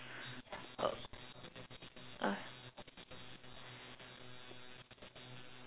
oh uh